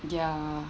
ya